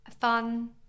fun